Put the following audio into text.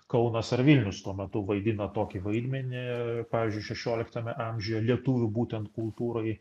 kaunas ar vilnius tuo metu vaidina tokį vaidmenį pavyzdžiui šešioliktame amžiuje lietuvių būtent kultūroj